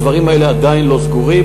הדברים האלה עדיין לא סגורים.